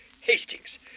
Hastings